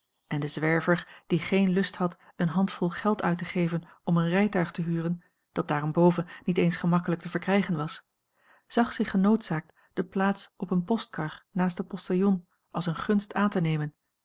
en de zwerver die geen lust had een handvol geld uit te geven om een rijtuig te huren dat daarenboven niet eens gemakkelijk te verkrijgen was zag zich genoodzaakt de plaats op eene postkar naast den postillon als eene gunst aan te nemen